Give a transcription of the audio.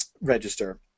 register